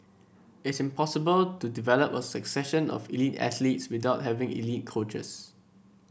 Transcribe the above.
it's impossible to develop a succession of elite athletes without having elite coaches